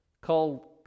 called